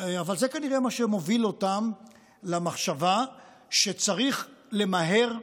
אבל זה כנראה מה שמוביל אותם למחשבה שצריך למהר,